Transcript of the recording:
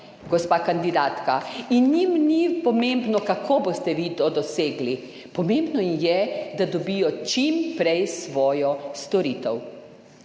gospa kandidatka, in njim ni pomembno, kako boste vi to dosegli, pomembno jim je, da dobijo čim prej svojo storitev.